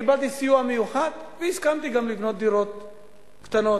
קיבלתי סיוע מיוחד והסכמתי גם לבנות דירות קטנות.